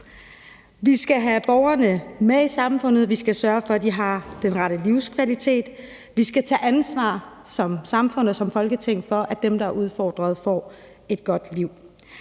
Vi skal have borgerne med i samfundet, vi skal sørge for, at de har den rette livskvalitet, og vi skal tage ansvar som samfund og som Folketing for, at dem, der er udfordret, får et godt liv.